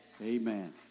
Amen